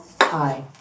Hi